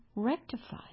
Rectified